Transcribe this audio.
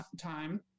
time